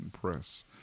press